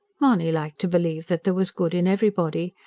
mahony liked to believe that there was good in everybody,